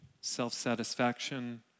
self-satisfaction